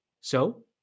so-